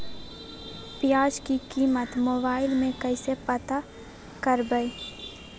प्याज की कीमत मोबाइल में कैसे पता करबै?